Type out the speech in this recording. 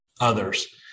others